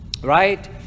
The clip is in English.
right